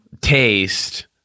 taste